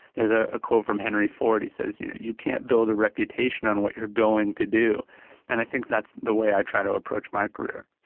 there is ah a quote from henry ford, he says, you know you can't build a reputation on what you are going to do and i think that's the way i try to approach my career.